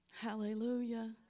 hallelujah